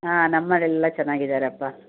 ಹಾಂ ನಮ್ಮಲ್ಲೆಲ್ಲ ಚೆನ್ನಾಗಿದ್ದಾರಪ್ಪ